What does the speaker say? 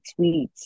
tweets